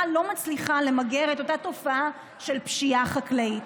לא מצליחה למגר את התופעה של פשיעה חקלאית.